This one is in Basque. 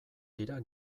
dira